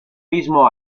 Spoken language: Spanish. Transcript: mismo